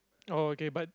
oh okay but